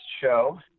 show